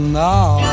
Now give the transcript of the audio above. now